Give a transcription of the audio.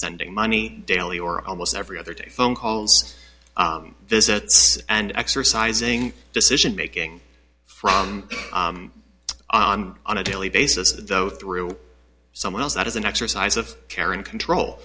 sending money daily or almost every other day phone calls this it's and exercising decision making from on on a daily basis though through someone else that is an exercise of care and control